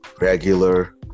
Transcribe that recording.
regular